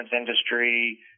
industry